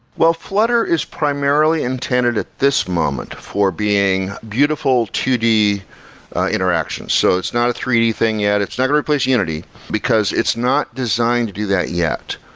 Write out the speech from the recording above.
well, flutter is primarily intended at this moment for being beautiful two d interaction. so it's not a three d thing yet. it's not going to replace unity, because it's not designed to do that yet.